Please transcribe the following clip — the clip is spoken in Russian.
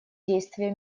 действия